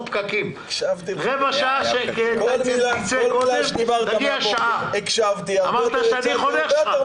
קודם כל אני רוצה להגיד באמת ברמה